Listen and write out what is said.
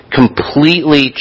completely